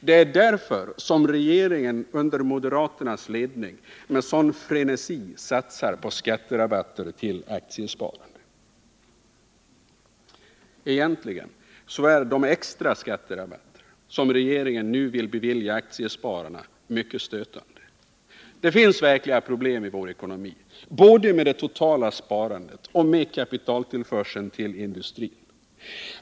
Det är därför som regeringen under moderaternas ledning med sådan frenesi satsar på skatterabatter för aktiesparande. Egentligen är de extra skatterabatter som regeringen nu vill bevilja aktiespararna mycket stötande. Det finns verkliga problem i vår ekonomi, både med det totala sparandet och med kapitaltillförseln till industrin.